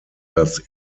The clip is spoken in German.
das